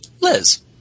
Liz